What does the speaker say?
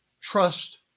Trust